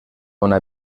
una